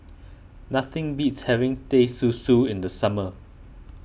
nothing beats having Teh Susu in the summer